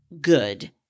good